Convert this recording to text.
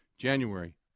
January